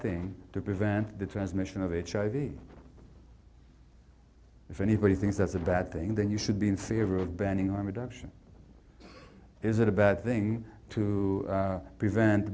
thing to prevent the transmission of hiv if anybody thinks that's a bad thing then you should be in favor of banning arm adoption is it a bad thing to prevent